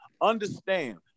understand